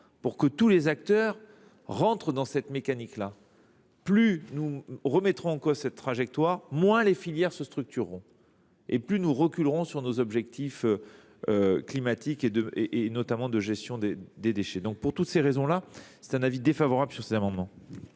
pour que tous les acteurs entrent dans cette mécanique là. Plus nous remettrons en cause cette trajectoire, moins les filières se structureront et plus nous reculerons sur nos objectifs climatiques, notamment en matière de gestion des déchets. Pour toutes ces raisons, j’émets un avis défavorable sur ces amendements.